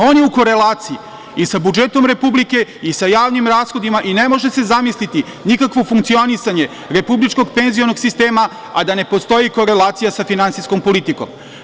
On je u korelaciji i sa budžetom Republike i sa javnim rashodima i ne može se zamisliti nikakvo funkcionisanje republičkog penzionog sistema, a da ne postoji korelacija sa finansijskom politikom.